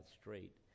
straight